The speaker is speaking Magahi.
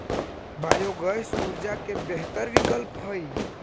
बायोगैस ऊर्जा के बेहतर विकल्प हई